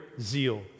zeal